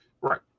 Right